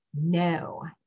No